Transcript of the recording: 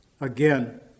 again